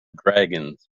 dragons